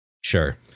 Sure